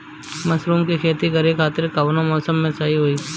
Mushroom के खेती करेके खातिर कवन मौसम सही होई?